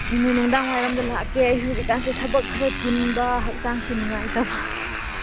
ꯑꯗꯨꯅꯦ ꯅꯨꯡꯗꯥꯡ ꯋꯥꯏꯔꯝꯗ ꯂꯥꯛꯀꯦ ꯑꯩꯁꯨ ꯍꯧꯖꯤꯛꯀꯥꯟꯁꯦ ꯊꯕꯛ ꯈꯔ ꯆꯤꯟꯕ ꯍꯛꯆꯥꯡꯁꯨ ꯅꯨꯉꯥꯏꯇꯕ